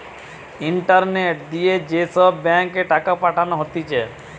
internet দিয়ে যে সব ব্যাঙ্ক এ টাকা পাঠানো হতিছে